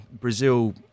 Brazil